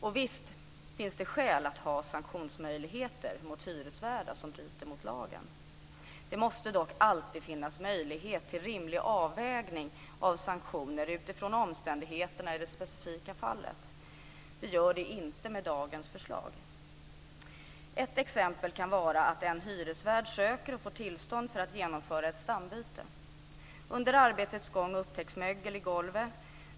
Och visst finns det skäl att ha sanktionsmöjligheter mot hyresvärdar som bryter mot lagen. Det måste dock alltid finnas möjlighet till en rimlig avvägning av sanktioner utifrån omständigheterna i det specifika fallet. Det gör det inte med dagens förslag. Ett exempel kan vara att en hyresvärd söker och får tillstånd för att genomföra ett stambyte. Under arbetets gång upptäcks mögel i golvet.